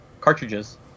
cartridges